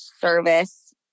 service